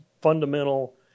fundamental